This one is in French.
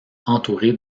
entourée